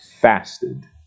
fasted